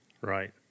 Right